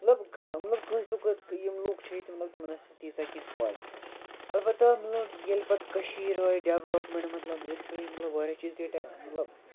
مطلب کانہہ مطلب کٲنسہِ نہ کٲنسہِ یِم لُکھ چھِ ییٚتہِ مطلب تِمَن آسہِ نہٕ تیٖژاہ پَے اَلبتہ مطلب ییٚلہِ پَتہٕ کٔشیٖر آے ڈٮ۪ولَپمٮ۪نٹ مطلب ییٚتہِ گٔے مطلب واریاہ چیٖز مطلب